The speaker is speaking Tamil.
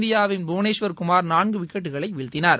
இந்தியாவின் புவனேஸ்வர் குமார் நான்கு விக்கெட்களை வீழ்த்தினார்